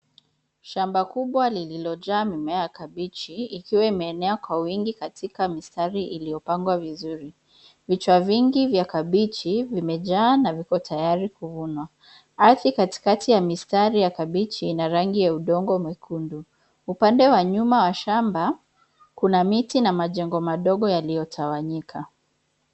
Shamba kubwa lililojaa mimea ya kabichi ikiwa imeenea kwa wingi katika mistari iliyopangwa vizuri. Vichwa vingi vya kabichi vimejaa na viko tayari kuvunwa. Ardhi katikati ya mistari ya kabichi ina rangi ya udongo mwekundu. Upande wa nyuma wa shamba kuna miti na majengo madogo yaliyotawanyika.